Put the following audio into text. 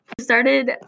started